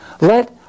let